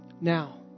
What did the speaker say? Now